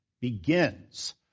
begins